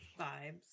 vibes